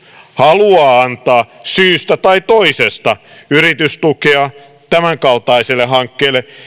haluaa antaa syystä tai toisesta yritystukea tämänkaltaiselle hankkeelle